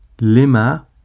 Lima